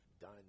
done